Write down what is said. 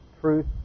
truth